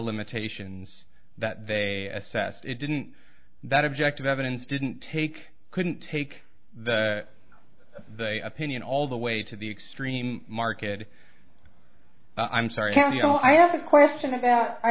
limitations that they assessed it didn't that objective evidence didn't take couldn't take the they opinion all the way to the extreme market i'm sorry can't you know i have a question that i